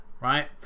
right